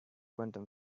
quantum